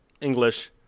English